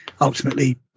ultimately